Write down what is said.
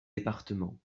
départements